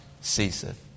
ceaseth